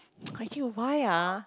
actually why ah